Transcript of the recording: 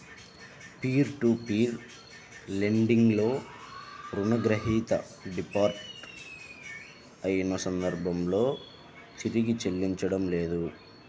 peer to peer lending లో రుణగ్రహీత default అయిన సందర్భంలో తిరిగి చెల్లించడం లేదు